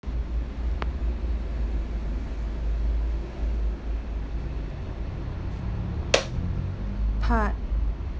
part